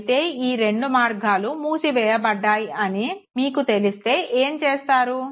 అయితే ఈ రెండు మార్గాలు మూసివేయబడ్డాయి అని మీకు తెలిస్తే ఏం చేస్తారు